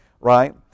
right